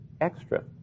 extra